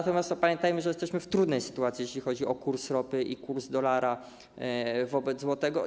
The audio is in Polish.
Natomiast pamiętajmy, że jesteśmy w trudnej sytuacji, jeśli chodzi o kurs ropy i kurs dolara wobec złotego.